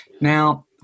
Now